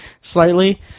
slightly